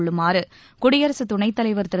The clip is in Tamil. கொள்ளுமாறு குடியரசு துணைத்தலைவர் திரு